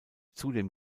zudem